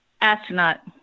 Astronaut